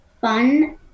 fun